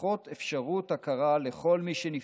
באה למעשה לתקן אפליה מתמשכת לאורך שנים.